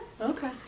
okay